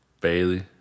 Bailey